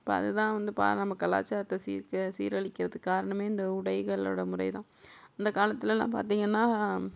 இப்போ அது தான் வந்துப்பா நம்ம கலாச்சாரத்தை சீர்க்க சீரழிக்கிறதுக்கு காரணமே இந்த உடைகளோட முறை தான் அந்த காலத்துல எல்லாம் பார்த்தீங்கன்னா